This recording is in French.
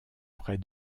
près